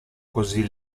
così